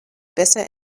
besser